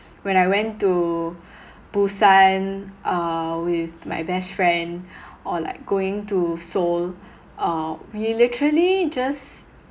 when I went to busan uh with my best friend or like going to seoul uh we literally just